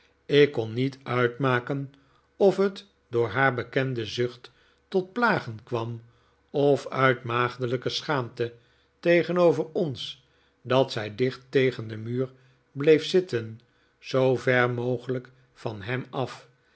ik kon niet uitmaken of het door haar bekende zucht tot plagen kwam of uit maagdelijke schaamte tegenover ons dat zij dicht tegen den muur bleef zitten zoo ver mogelijk van hem af